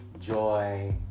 Joy